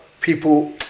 people